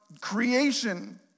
creation